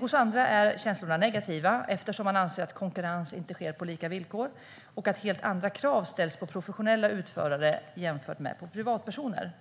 Hos andra är de negativa, eftersom man anser att konkurrens inte sker på lika villkor och att helt andra krav ställs på professionella utförare än på privatpersoner.